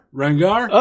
rengar